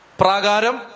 pragaram